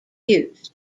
used